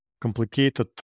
complicated